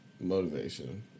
motivation